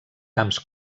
camps